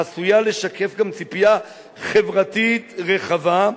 העשויה לשקף גם ציפייה חברתית רחבה,